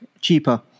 cheaper